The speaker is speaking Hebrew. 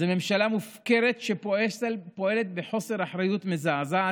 זו ממשלה מופקרת שפועלת בחוסר אחריות מזעזע,